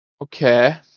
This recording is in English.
Okay